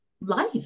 life